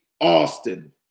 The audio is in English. Austin